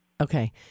Okay